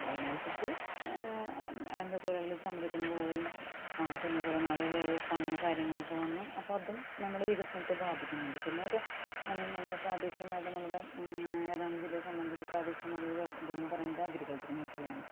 അപ്പം അതിനനുസരിച്ച് എന്താ തൊഴിലാളികള് സമരത്തിന് പോകുകയും പിന്നെ കുറെ നാള് ലേയോഫ് അങ്ങനെ കാര്യങ്ങളൊക്കെ വന്നു അപ്പോൾ അതും നമ്മുടെ വികസനത്തെ ബാധിക്കുന്നുണ്ട് പിന്നെ മറ്റെ നമ്മുടെ പ്രാദേശികമായിട്ട് നമ്മുടെ എറണാകുളം ജില്ലയെ സംബന്ധിച്ച് പ്രാദേശികമായിട്ടുള്ളത് ഇതെന്ന് പറയുന്നത് അഗ്രിക്കള്ച്ചര് മേഖലയാണ്